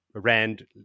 Rand